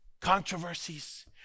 Controversies